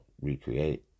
recreate